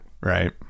Right